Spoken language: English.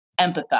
empathize